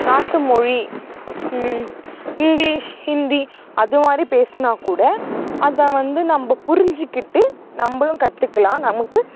நாட்டுமொழி English Hindi அதுமாதிரி பேசுனாக்கூட அதை வந்து நம்ப புரிஞ்சிக்கிட்டு நம்பளும் கற்றுக்கலாம் நமக்கு